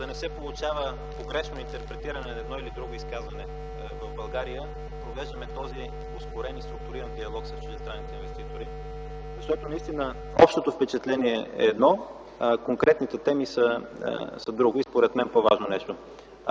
за да не се получава погрешно интерпретиране на едно или друго изказване в България, провеждаме този ускорен и структуриран диалог с чуждестранните инвеститори, защото общото впечатление е едно, а конкретните теми са друго и според мен по-важно нещо.